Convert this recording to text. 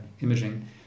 imaging